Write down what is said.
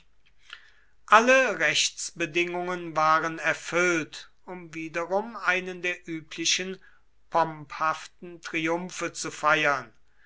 alle rechtsbedingungen waren erfüllt um wiederum einen der üblichen pomphaften triumphe zu feiern